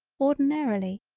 ordinarily,